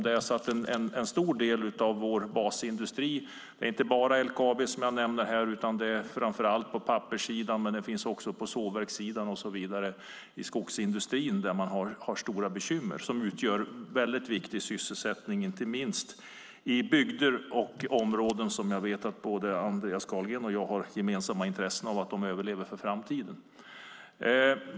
En stor del av vår basindustri, inte bara LKAB som jag nämnde utan framför allt på papperssidan och sågverkssidan, har stora bekymmer. Det är industrier som ger viktig sysselsättning inte minst i bygder och områden där jag vet att både Andreas Carlgren och jag har gemensamt intresse av att de överlever för framtiden.